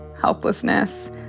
helplessness